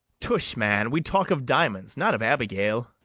tush, man! we talk'd of diamonds, not of abigail.